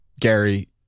Gary